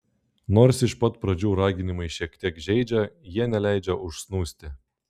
nors iš pat pradžių raginimai šiek tiek žeidžia jie neleidžia užsnūsti